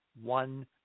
one